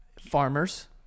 Farmers